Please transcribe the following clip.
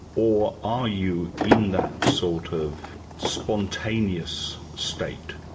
or are you in that sort of spontaneous state?